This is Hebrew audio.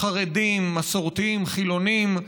חרדים, מסורתיים, חילונים.